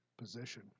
position